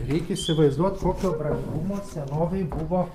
reikia įsivaizduot kokio brangumo senovėj buvo